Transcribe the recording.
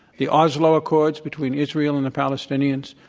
the oslo accords between israel and the palestinians,